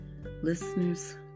Listeners